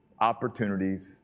opportunities